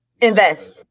Invest